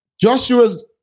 Joshua's